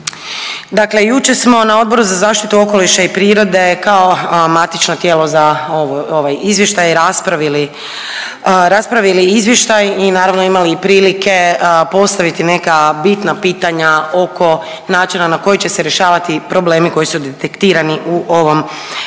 dakle jučer smo na Odboru za zaštitu okoliša i prirode kao matično tijelo za ovaj izvještaj raspravili, raspravili izvještaj i naravno imali i prilike postaviti neka bitna pitanja oko načina na koji će se rješavati problemi koji su detektirani u ovom izvješću.